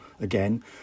again